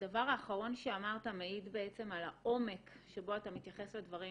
הדבר האחרון שאמרת מעיד בעצם על העומק שבו אתה מתייחס לדברים,